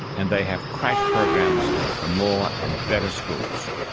and they have crash programs for more and better schools.